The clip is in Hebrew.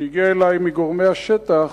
שהגיע אלי מגורמי השטח,